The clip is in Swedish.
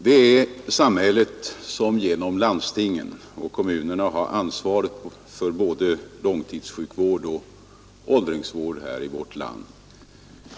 Det är samhället som genom landstingen och kommunerna har ansvaret för både långtidssjukvård och åldringsvård här i vårt land.